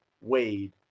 Wade